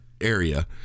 area